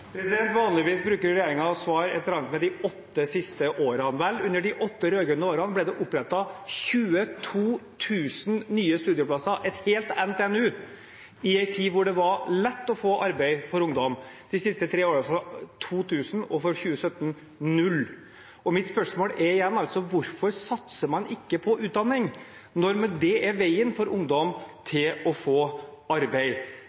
Vanligvis bruker regjeringen å svare et eller annet med de åtte siste årene. Vel, under de åtte rød-grønne årene ble det opprettet 22 000 nye studieplasser – et helt NTNU – i en tid hvor det var lett for ungdom å få arbeid, mens det de siste tre årene er 2 000 og for 2017 null. Mitt spørsmål er igjen: Hvorfor satser man ikke på utdanning når det er veien for ungdom til å få arbeid?